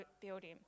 building